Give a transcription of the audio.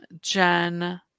Jen